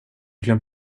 glömt